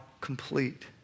complete